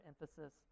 emphasis